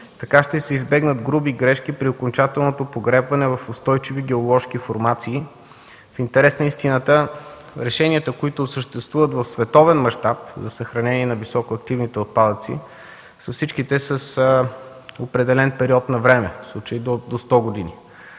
Така ще се избегнат груби грешки при окончателното погребване в устойчиви геоложки формации. В интерес на истината решенията, които съществуват в световен мащаб за съхранение на високоактивните отпадъци, са всичките с определен период на време, в случая до 100 години.